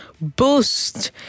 boost